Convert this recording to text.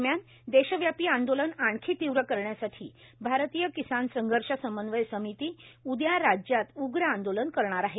दरम्यान देशव्यापी आंदोलन आणखी तीव्र करण्यासाठी भारतीय किसान संघर्ष समन्वय समिती उद्या राज्यात उग्र आंदोलन करणार आहे